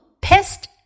pissed